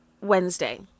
Wednesday